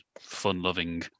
fun-loving